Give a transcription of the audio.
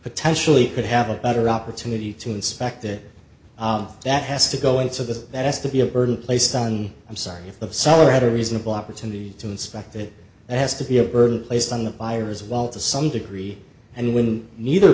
potentially could have a better opportunity to inspect that that has to go into that that has to be a burden placed on i'm sorry if the seller had a reasonable opportunity to inspect it it has to be a burden placed on the buyer as well to some degree and when neither